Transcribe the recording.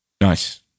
Nice